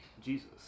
Jesus